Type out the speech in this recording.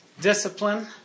discipline